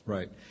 Right